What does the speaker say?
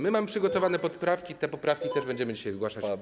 Mamy przygotowane poprawki, te poprawki będziemy dzisiaj zgłaszać.